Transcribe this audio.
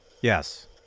Yes